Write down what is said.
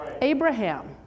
Abraham